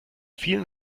vielen